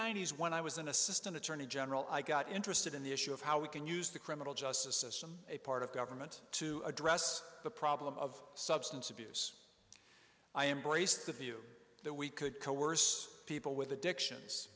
ninety s when i was an assistant attorney general i got interested in the issue of how we can use the criminal justice system a part of government to address the problem of substance abuse i embraced the view that we could coerce people with addictions